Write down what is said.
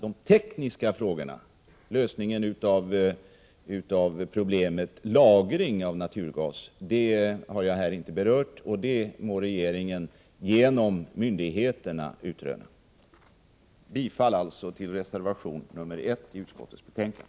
De tekniska frågorna med lagring av naturgas har jag inte här berört. Dem må regeringen, genom myndigheterna, fortsätta att utreda. Jag yrkar bifall till reservation nr 1 i utskottets betänkande.